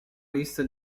lista